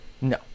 No